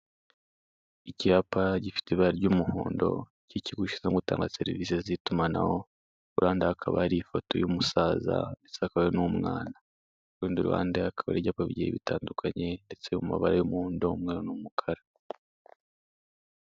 Icyapa gifite ibara ry'umuhondo k'ikigo gishinzwe gutanga serivise z'itumanaho, ku ruhande hakaba hariho ifoto y'umusaza ndetse hakaba hari n'umwana, ku rundi ruhande hakaba hari ibyapa bigiye bitandukanye ndetse mu mabara y'umuhondo umweru n'umukara.